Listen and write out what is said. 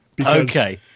Okay